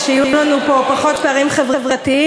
כשיהיו לנו פה פחות פערים חברתיים,